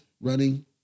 running